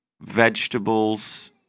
vegetables